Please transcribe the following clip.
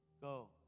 go